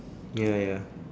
ya lah ya